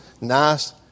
nice